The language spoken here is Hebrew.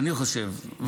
אני חושב,